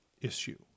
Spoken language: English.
issue